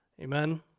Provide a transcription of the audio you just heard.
Amen